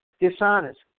Dishonest